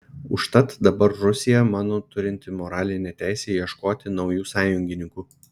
užtat dabar rusija mano turinti moralinę teisę ieškoti naujų sąjungininkų